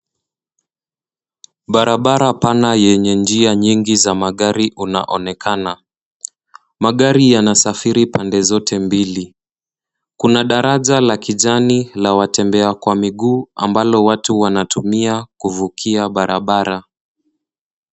Barabara pana yenye njia nyingi za magari unaonekana. Magari yanasafiri pande zote mbili. Kuna daraja la kijani la watembea kwa miguu ambalo watu wanatumia kuvukia barabara.